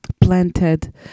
planted